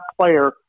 player